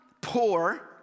poor